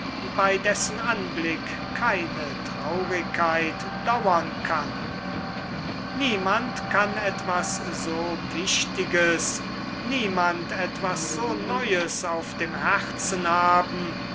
bei dessen anblick keine traurigkeit dauern kann niemand kann etwas so wichtiges niemand etwas so neues auf dem herzen haben